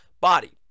body